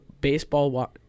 baseball